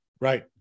right